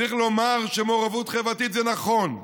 צריך לומר שמעורבות חברתית זה נכון,